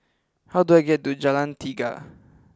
how do I get to Jalan Tiga